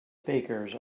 bakers